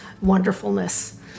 wonderfulness